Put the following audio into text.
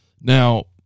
Now